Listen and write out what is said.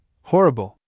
Horrible